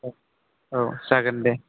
औ जागोन दे